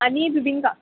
आनी बिबिंका